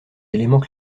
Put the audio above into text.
éléments